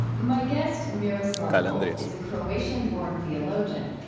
my guest, miroslav volf, is a croatian-born theologian.